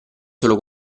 solo